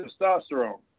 testosterone